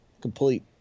complete